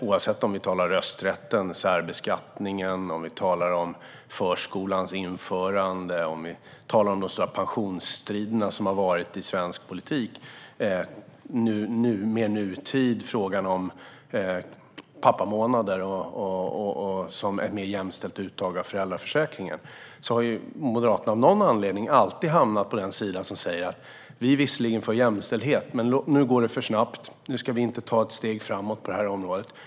Oavsett om vi talar om rösträtten, särbeskattningen, förskolans införande, de stora pensionsstriderna i svensk politik eller mer i nutid frågan om pappamånader för ett mer jämställt uttag av föräldraförsäkringen har Moderaterna av någon anledning alltid hamnat på den sida där man säger: Vi är visserligen för jämställdhet, men nu går det för snabbt och vi ska inte ta ett steg framåt på det här området just nu.